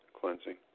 cleansing